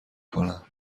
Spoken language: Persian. کنم